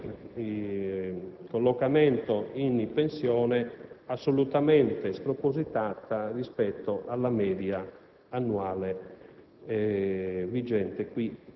quiescenza di collocamento in pensione assolutamente spropositata rispetto alla media annuale